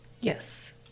Yes